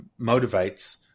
motivates